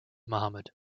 muhammad